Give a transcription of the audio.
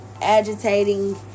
agitating